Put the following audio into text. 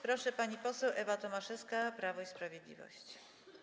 Proszę, pani poseł Ewa Tomaszewska, Prawo i Sprawiedliwość.